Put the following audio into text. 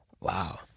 Wow